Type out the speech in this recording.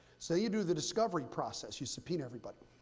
so you do the discovery process. you subpoena everybody,